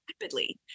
rapidly